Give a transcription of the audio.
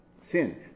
sin